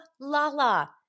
Lala